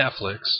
Netflix